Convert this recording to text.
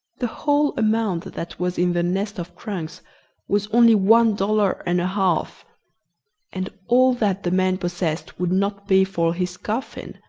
the whole amount that that was in the nest of trunks was only one dollar and a half and all that the man possessed would not pay for his coffin.